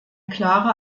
klare